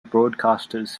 broadcasters